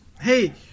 Hey